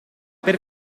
per